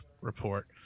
report